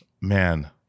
man